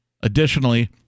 Additionally